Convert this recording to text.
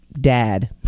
dad